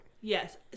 Yes